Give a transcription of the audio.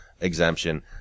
exemption